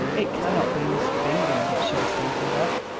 it cannot be mr. bingham that she was thinking of,